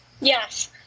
Yes